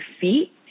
feet